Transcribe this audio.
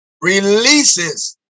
releases